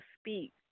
speak